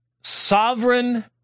Sovereign